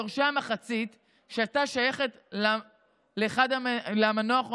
יורשי המחצית שהייתה שייכת למנוח או